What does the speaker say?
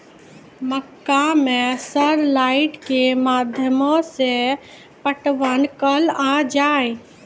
मक्का मैं सर लाइट के माध्यम से पटवन कल आ जाए?